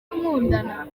nkundana